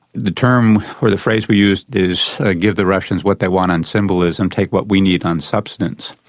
the term or the phrase we used is give the russians what they want on symbolism, take what we need on substance',